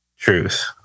truth